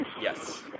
Yes